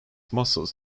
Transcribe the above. muscles